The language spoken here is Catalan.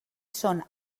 són